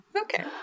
Okay